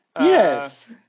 Yes